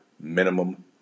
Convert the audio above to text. minimum